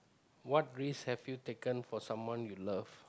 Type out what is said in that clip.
what risk have you taken for someone you love